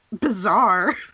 bizarre